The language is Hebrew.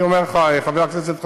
חבר הכנסת חסון,